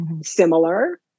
similar